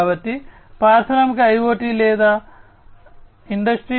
కాబట్టి పారిశ్రామిక ఐయోటి లేదా ఇండస్ట్రీ 4